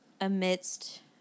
amidst